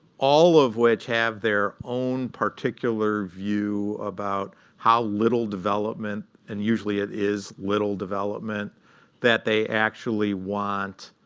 all of which have their own particular view about how little development and usually, it is little development that they actually want.